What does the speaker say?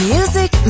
Music